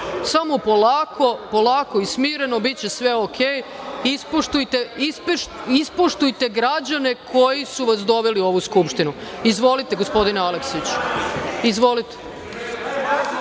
samo polako i smireno, biće sve uredu. Ispoštujte građane koji su vas doveli u ovu Skupštinu. Izvolite gospodine Aleksiću.